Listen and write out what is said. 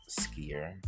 skier